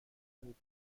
بود